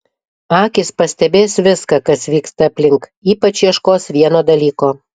akys pastebės viską kas vyksta aplink ypač ieškos vieno dalyko